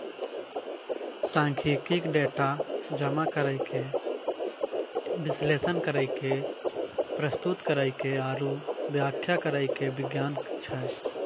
सांख्यिकी, डेटा जमा करै के, विश्लेषण करै के, प्रस्तुत करै के आरु व्याख्या करै के विज्ञान छै